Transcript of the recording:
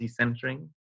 decentering